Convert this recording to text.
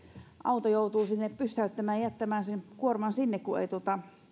auto joutuu sinne pysäyttämään ja jättämään sen kuorman sinne kun ei